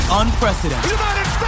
unprecedented